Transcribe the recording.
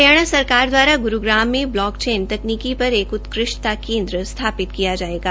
हरियाणा सरकार दवाराग्रुग्राम में ब्लॉकचेन तकनीकी पर एक उत्कष्टता केंद्र स्थापित किया जायेगा